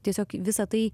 tiesiog visa tai